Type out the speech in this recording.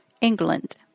England